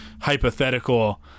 hypothetical